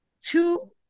two